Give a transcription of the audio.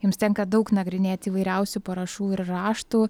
jums tenka daug nagrinėti įvairiausių parašų ir raštų